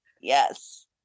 Yes